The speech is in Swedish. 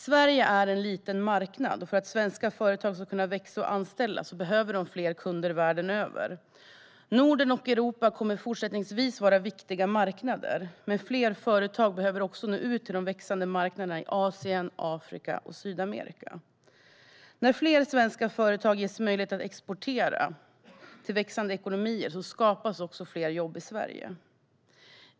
Sverige är en liten marknad, och för att svenska företag ska kunna växa och anställa behöver de fler kunder världen över. Norden och Europa kommer att fortsätta att vara viktiga marknader, men fler företag behöver också nå ut till de växande marknaderna i Asien, Afrika och Sydamerika. När fler svenska företag ges möjlighet att exportera till växande ekonomier skapas fler jobb i Sverige.